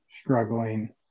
struggling